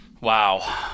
Wow